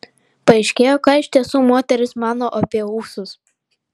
paaiškėjo ką iš tiesų moterys mano apie ūsus